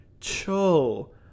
Chill